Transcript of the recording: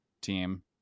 team